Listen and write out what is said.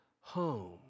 home